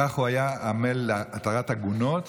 כך הוא היה עמל להתרת עגונות.